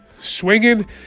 swinging